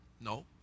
No